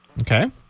Okay